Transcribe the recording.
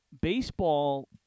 baseball